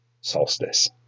Solstice